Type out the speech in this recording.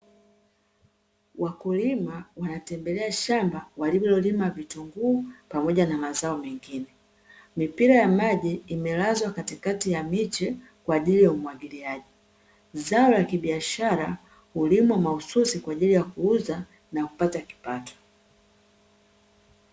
Wakulima wanatembelea shamba waliolima vitunguu pamoja mazao mengine, mipira ya maji imelazwa katika ya mishe kwa ajili ya umwagiliaji. Zao la kibiashara hulimwa mahususi kwa ajili ya biashara kuuza na kupata kipato.